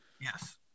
Yes